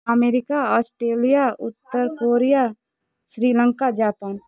ଆମେରିକ Australia ଉତ୍ତର୍କୋରିଆ Sri Lanka Japan